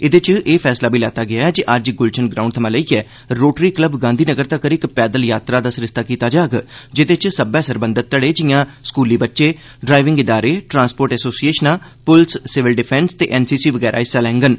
एह्दे च एह् फैसला बी लैता गेआ ऐ जे अज्ज गुलशन ग्राउंड थमां लेइयै रोटरी क्लब गांधी नगर तगर इक पैदल यात्रा दा सरिस्ता कीता जाग जेहदे च सब्बै सरबंघत घड़े जिआं स्कूली बच्चे ड्राईविंग इदारे ट्रांसपोर्ट एसोसिएशनां पुलस सिविल डिफेंस ते एनसीसी वगैरा हिस्सा लैडन